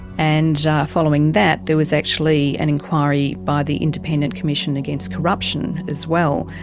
and following that there was actually an enquiry by the independent commission against corruption as well,